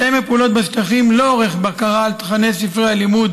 מתאם הפעולות בשטחים לא עורך בקרה על תוכני ספרי הלימוד